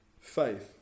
faith